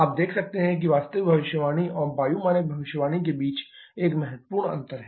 आप देख सकते हैं कि वास्तविक भविष्यवाणी और वायु मानक भविष्यवाणी के बीच एक महत्वपूर्ण अंतर है